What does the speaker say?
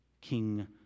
King